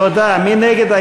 תודה.